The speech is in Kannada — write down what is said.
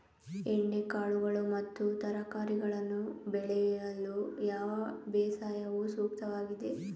ಎಣ್ಣೆಕಾಳುಗಳು ಮತ್ತು ತರಕಾರಿಗಳನ್ನು ಬೆಳೆಯಲು ಯಾವ ಬೇಸಾಯವು ಸೂಕ್ತವಾಗಿದೆ?